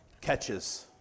catches